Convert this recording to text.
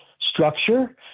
structure